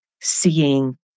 seeing